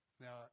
Now